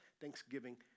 thanksgiving